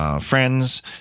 friends